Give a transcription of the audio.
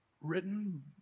written